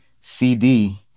CD